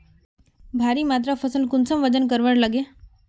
भारी मात्रा फसल कुंसम वजन करवार लगे?